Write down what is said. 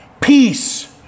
peace